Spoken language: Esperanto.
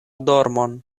dormon